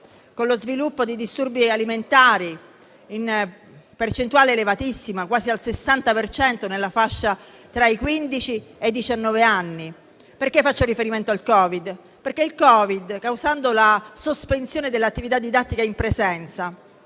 con lo sviluppo di disturbi alimentari in percentuale elevatissima (quasi il 60 per cento nella fascia tra i quindici e i diciannove anni). Perché faccio riferimento al Covid? Perché il Covid, causando la sospensione dell'attività didattica in presenza,